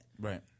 right